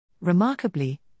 Remarkably